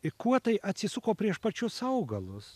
ir kuo tai atsisuko prieš pačius augalus